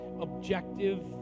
objective